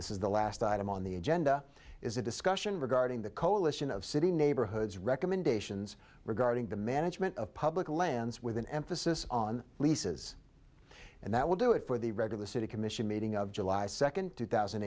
this is the last item on the agenda is a discussion regarding the coalition of city neighborhoods recommendations regarding the management of public lands with an emphasis on leases and that will do it for the rest of the city commission meeting of july second two thousand